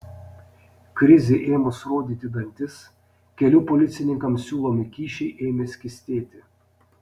krizei ėmus rodyti dantis kelių policininkams siūlomi kyšiai ėmė skystėti